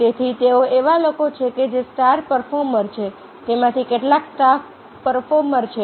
તેથી તેઓ એવા લોકો છે જે સ્ટાર પર્ફોર્મર છે તેમાંથી કેટલાક સ્ટાર પરફોર્મર છે